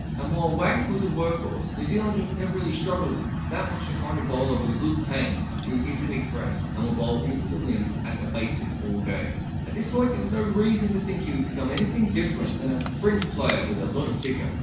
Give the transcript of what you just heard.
and while wagner was a workhorse, new zealand have never really struggled that much to find a bowler with a good tank who isn't express and will bowl into the wind at the basin all day. at this point there was no reason to think he would become anything different than a fringe player with a lot of ticks,